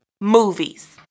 Movies